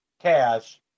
cash